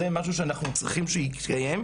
זה משהו שאנחנו צריכים שיתקיים,